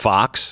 Fox